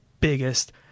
biggest